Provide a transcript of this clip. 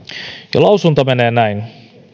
lausuma menee näin